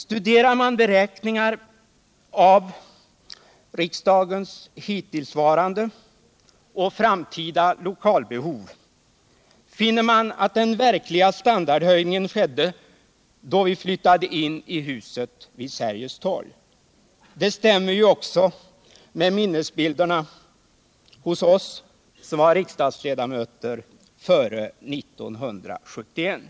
Studerar man beräkningar av riksdagens hittillsvarande och framtida lokalbehov finner man att den verkliga standardhöjningen skedde då vi flyttade in i huset vid Sergels torg. Det stämmer också med minnesbilderna hos oss som var riksdagsledamöter före 1971.